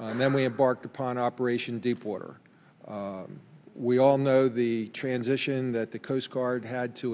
and then we embarked upon operation deep water we all know the transition that the coast guard had to